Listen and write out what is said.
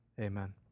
Amen